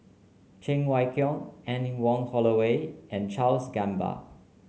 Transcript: Cheng Wai Keung Anne Wong Holloway and Charles Gamba